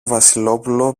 βασιλόπουλο